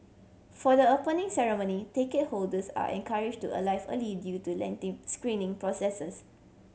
for the Opening Ceremony ticket holders are encourage to alive early due to lengthy screening processes